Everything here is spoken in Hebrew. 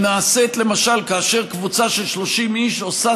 שנעשית למשל כאשר קבוצה של 30 איש עושה